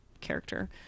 character